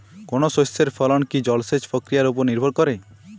কোনো শস্যের ফলন কি জলসেচ প্রক্রিয়ার ওপর নির্ভর করে?